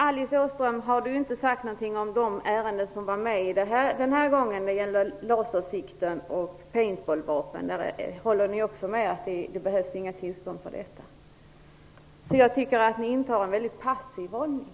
Alice Åström har inte sagt något om de ärenden som var med den här gången. Det gäller då lasersikten och paintball-vapen. Håller ni där med om att det inte behövs några tillstånd? Jag tycker alltså att ni intar en väldigt passiv hållning.